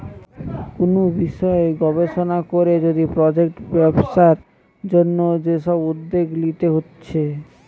কুনু বিষয় গবেষণা কোরে যদি প্রজেক্ট ব্যবসার জন্যে যে সব উদ্যোগ লিতে হচ্ছে